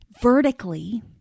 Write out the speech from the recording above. vertically